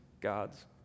God's